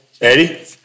Eddie